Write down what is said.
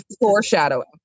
foreshadowing